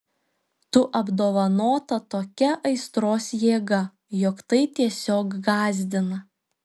tu apdovanota tokia aistros jėga jog tai tiesiog gąsdina